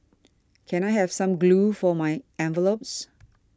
can I have some glue for my envelopes